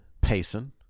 Payson